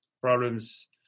problems